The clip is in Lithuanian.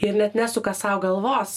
ir net nesuka sau galvos